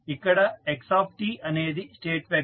ఇక్కడ xt అనేది state vector